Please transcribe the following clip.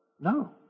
No